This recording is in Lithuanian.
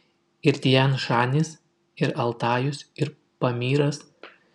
ir tian šanis ir altajus ir pamyras